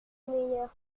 meilleur